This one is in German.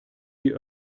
die